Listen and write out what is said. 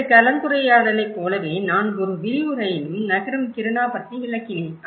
இந்த கலந்துரையாடலைப் போலவே நான் ஒரு விரிவுரையிலும் நகரும் கிருணா பற்றி விளக்கினேன்